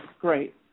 great